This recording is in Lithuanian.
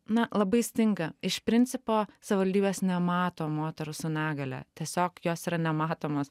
na labai stinga iš principo savivaldybės nemato moterų su negalia tiesiog jos yra nematomos